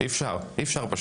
אי אפשר פשוט.